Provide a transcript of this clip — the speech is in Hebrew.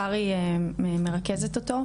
שרי מרכזת אותו,